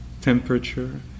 temperature